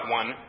one